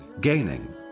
gaining